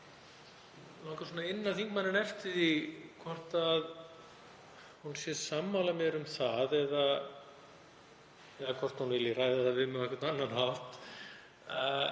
inna þingmanninn eftir því hvort hún sé sammála mér um það, eða hvort hún vilji ræða það við mig á einhvern annan hátt,